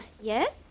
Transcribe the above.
yes